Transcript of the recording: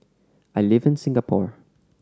I live in Singapore